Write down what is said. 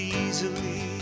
easily